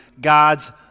God's